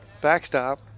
backstop